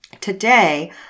today